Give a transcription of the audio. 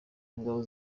ingabo